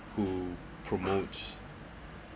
who promotes